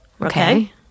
Okay